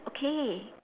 okay